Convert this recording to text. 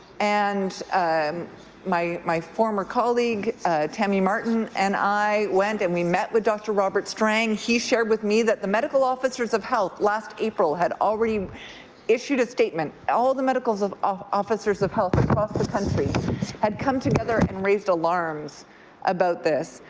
and um my my former colleague tammy martin and i went and we met with dr. robert strang, he shared with me that the medical officers of health last april had already issued a statement, all of the medical ah officers of health across the country had come together and raised alarms about this.